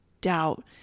doubt